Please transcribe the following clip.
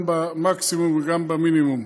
גם במקסימום וגם במינימום.